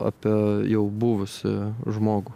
apie jau buvusį žmogų